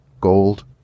gold